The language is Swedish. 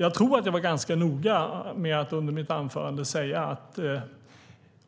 Jag tror att jag var ganska noga med att under mitt anförande säga att